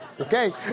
Okay